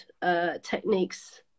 techniques